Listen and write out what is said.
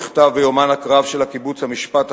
נכתב ביומן הקרב של הקיבוץ המשפט החשוב: